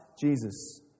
Jesus